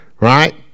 Right